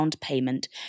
payment